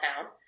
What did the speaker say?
town